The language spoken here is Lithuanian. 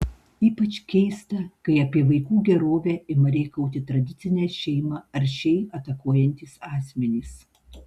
ypač keista kai apie vaikų gerovę ima rėkauti tradicinę šeimą aršiai atakuojantys asmenys